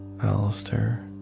Alistair